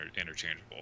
interchangeable